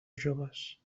joves